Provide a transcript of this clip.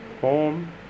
home